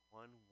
one